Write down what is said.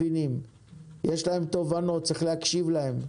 יש להם תובנות וצריך להקשיב להם.